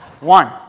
One